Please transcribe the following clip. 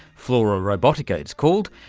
flora robotica it's called.